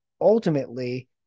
ultimately